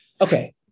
Okay